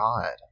God